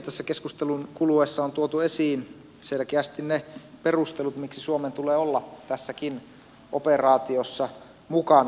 tässä keskustelun kuluessa on tuotu esiin selkeästi ne perustelut miksi suomen tulee olla tässäkin operaatiossa mukana